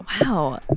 Wow